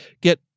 Get